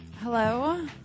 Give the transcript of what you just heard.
Hello